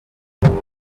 all